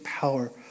power